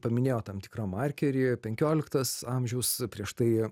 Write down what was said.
paminėjo tam tikrą markerį penkioliktas amžius prieš tai